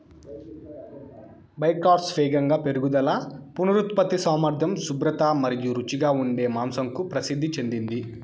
Berkshires వేగంగా పెరుగుదల, పునరుత్పత్తి సామర్థ్యం, శుభ్రత మరియు రుచిగా ఉండే మాంసంకు ప్రసిద్ధి చెందింది